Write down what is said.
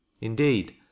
Indeed